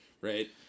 Right